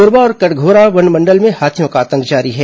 कोरबा और कटघोरा वन मंडल में हाथियों का आतंक जारी है